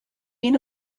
been